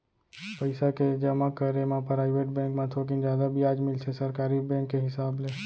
पइसा के जमा करे म पराइवेट बेंक म थोकिन जादा बियाज मिलथे सरकारी बेंक के हिसाब ले